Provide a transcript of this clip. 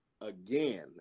again